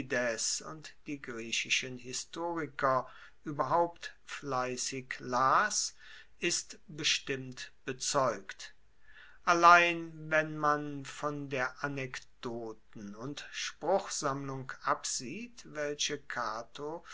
und die griechischen historiker ueberhaupt fleissig las ist bestimmt bezeugt allein wenn man von der anekdoten und spruchsammlung absieht welche cato